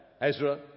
Ezra